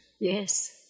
Yes